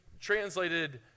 translated